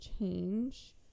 change